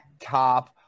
Top